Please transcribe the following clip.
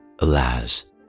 Alas